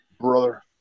brother